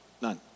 none